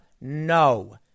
No